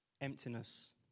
emptiness